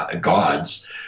gods